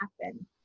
happen